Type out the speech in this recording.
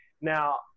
Now